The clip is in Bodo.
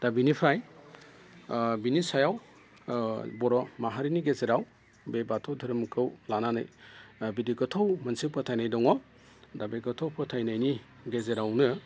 दा बिनिफ्राय बिनि सायाव बर' माहारिनि गेजेराव बे बाथौ धोरोमखौ लानानै बिदि गोथौ मोनसे फोथायनाय दङ दा बे गोथौ फोथायनायनि गेजेरावनो